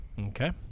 Okay